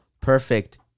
perfect